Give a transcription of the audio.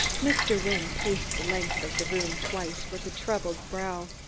mr. wynne paced the length of the room twice, with troubled brow.